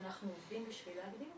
ואנחנו עובדים בשביל להגדיל אותו.